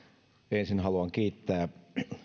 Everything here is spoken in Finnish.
ensin haluan kiittää